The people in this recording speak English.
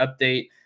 update